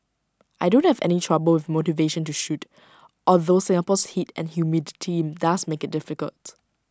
I don't have any trouble with motivation to shoot although Singapore's heat and humidity does make IT difficult